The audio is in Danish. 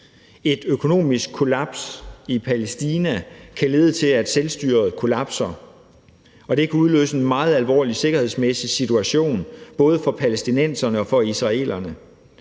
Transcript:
Et økonomisk kollaps i Palæstina kan lede til, at selvstyret kollapser, og det kan udløse en meget alvorlig sikkerhedsmæssig situation, både for palæstinenserne og for israelerne.